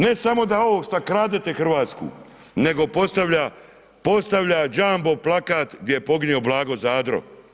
Ne samo da ovo što kradete Hrvatsku nego postavlja jumbo plakat gdje je poginuo Blago Zadro.